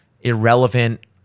irrelevant